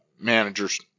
managers